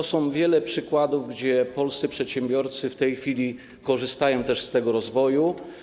Jest wiele przykładów, jak polscy przedsiębiorcy w tej chwili korzystają z tego rozwoju.